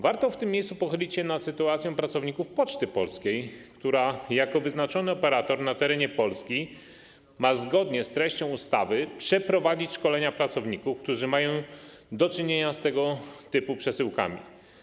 Warto w tym miejscu pochylić się nad sytuacją pracowników Poczty Polskiej, która jako wyznaczony operator na terenie Polski ma zgodnie z treścią ustawy przeprowadzić szkolenia pracowników mających do czynienia z tego typu przesyłkami.